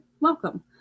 welcome